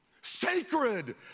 Sacred